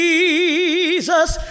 Jesus